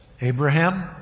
Abraham